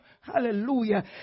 Hallelujah